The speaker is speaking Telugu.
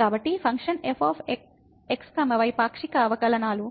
కాబట్టి ఫంక్షన్ fx y పాక్షిక అవకలనాలు